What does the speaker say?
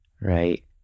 Right